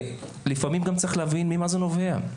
לפעמים צריך להבין ממה זה נובע.